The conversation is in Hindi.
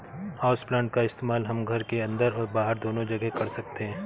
हाउसप्लांट का इस्तेमाल हम घर के अंदर और बाहर दोनों जगह कर सकते हैं